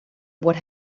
what